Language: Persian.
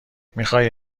میخوای